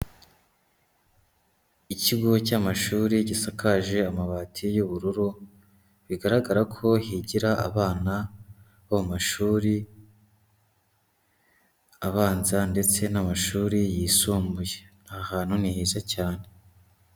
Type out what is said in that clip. Ikigo cy'amashuri gisakaje amabati y'ubururu, bigaragara ko higira abana bo mu mashuri abanza ndetse n'amashuri yisumbuye. Aha hantu ni heza cyane.